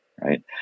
right